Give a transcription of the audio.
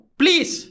please